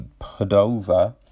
Padova